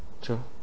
true